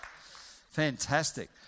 fantastic